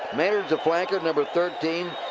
maynard's the flanker. number thirteen.